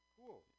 Cool